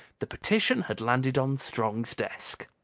the petition had landed on strong's desk.